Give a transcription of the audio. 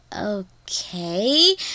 okay